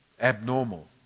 abnormal